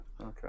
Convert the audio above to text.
okay